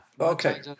Okay